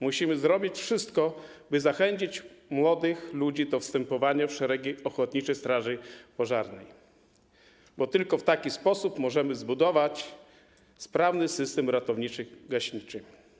Musimy zrobić wszystko, by zachęcić młodych ludzi do wstępowania w szeregi ochotniczej straży pożarnej, bo tylko w taki sposób możemy zbudować sprawny system ratowniczo-gaśniczy.